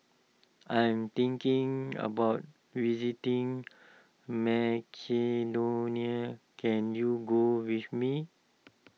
I am thinking about visiting Macedonia can you go with me